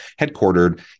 headquartered